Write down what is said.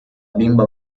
bimba